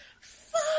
fuck